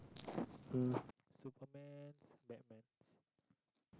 mm Superman Batmans